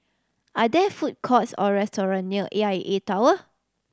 are there food courts or restaurant near A I A Tower